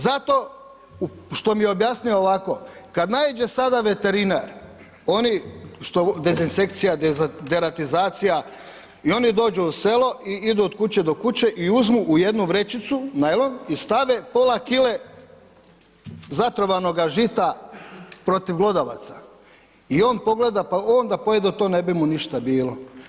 Zato što mi je objasnio ovako, kad naiđe sada veterinar, oni što dezinsekcija, deratizacija i oni dođu u selo i idu od kuće do kuće i uzmu u jednu vrećicu najlon i stave pola kile zatrovanoga žita protiv glodavaca i on pogleda pa onda da je pojeo to, ne bi mu ništa bilo.